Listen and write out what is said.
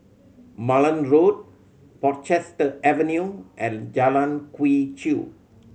Malan Road Portchester Avenue and Jalan Quee Chew